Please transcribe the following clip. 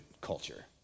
culture